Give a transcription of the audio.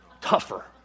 Tougher